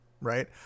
right